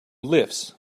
lifts